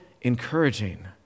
encouraging